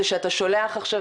זה שאתה שולח עכשיו,